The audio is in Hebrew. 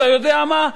אתה יודע מה?